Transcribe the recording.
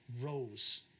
rose